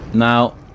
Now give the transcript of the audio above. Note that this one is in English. Now